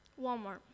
Walmart